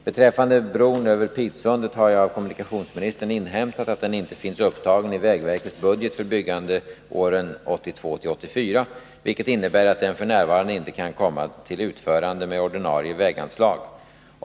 Beträffande bron över Pitsundet har jag av kommunikationsministern inhämtat att den inte finns upptagen i vägverkets budget för byggande åren 1982-1984, vilket innebär att den f. n. inte kan komma till utförande med ordinarie väganslag.